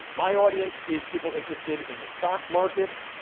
my audience is people interested in the stock market,